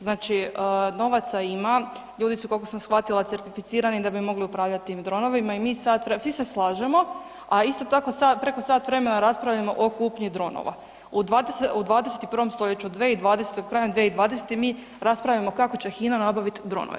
Znači novaca ima, ljudi su koliko sam shvatila, certificirani da bi mogli upravljati tim dronovima i mi sat vremena, svi se slažemo, a isto tako preko sat vremena raspravljamo o kupnji dronova U 21. stoljeću 2020. krajem 2020. mi raspravljamo kako će HINA napraviti dronove.